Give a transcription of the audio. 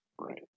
Right